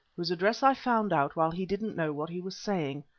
whose address i found out while he didn't know what he was saying.